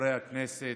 חברי הכנסת,